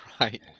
Right